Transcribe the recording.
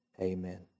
Amen